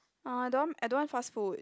ah I don't want I don't want fast food